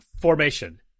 formation